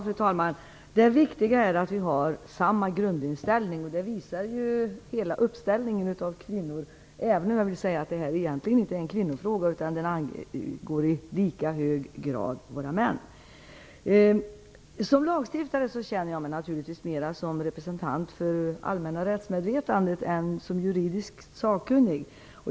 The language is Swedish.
Fru talman! Det viktiga är att vi har samma grundinställning, och det visar ju den uppställning av kvinnor som vi kan se här. Men jag vill säga att detta egentligen inte är en kvinnofråga. Den angår i lika hög grad våra män. Som lagstiftare känner jag mig mera som representant för det allmänna rättsmedvetandet än som juridiskt sakkunnig.